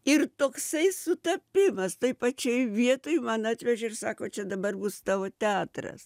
ir toksai sutapimas toj pačioj vietoj man atvežė ir sako čia dabar bus tavo teatras